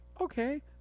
okay